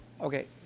Okay